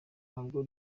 ntabwo